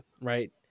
right